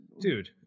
Dude